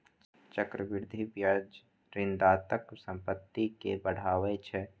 चक्रवृद्धि ब्याज ऋणदाताक संपत्ति कें बढ़ाबै छै